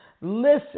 Listen